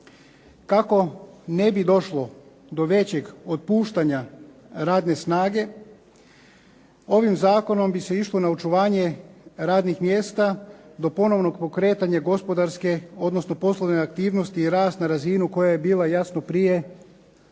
Kako ne bi došlo do većeg otpuštanja radne snage ovim zakonom bi se išlo na očuvanje radnih mjesta do ponovnog pokretanja gospodarske odnosno poslovne aktivnosti i rast na razinu u kojoj je bila jasno prije